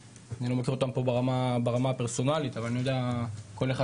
אני לא מכיר אותם ברמה הפרסונלית אבל אני יודע כל אחד